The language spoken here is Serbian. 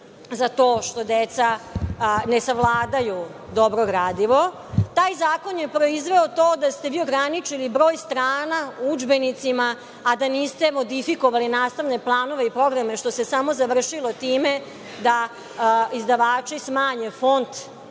za to što deca ne savladaju dobro gradivo. Taj Zakon proizveo to da ste vi ograničili broj strana udžbenicima, a da niste modifikovali nastavne planove i programe, što se samo završilo time da izdavači smanje font